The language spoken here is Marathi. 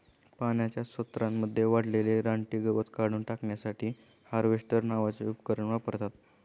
पाण्याच्या स्त्रोतांमध्ये वाढलेले रानटी गवत काढून टाकण्यासाठी हार्वेस्टर नावाचे उपकरण वापरतात